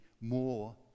more